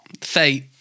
fate